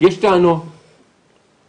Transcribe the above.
יש טענות שנטענו,